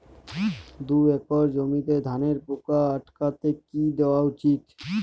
দুই একর জমিতে ধানের পোকা আটকাতে কি দেওয়া উচিৎ?